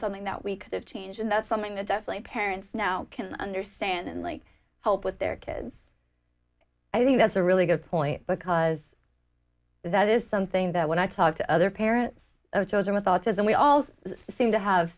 something that we could change and that's something that definitely parents now can understand and like help with their kids i think that's a really good point because that is something that when i talk to other parents of children with autism we all seem to have